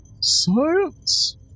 Science